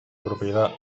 propiedad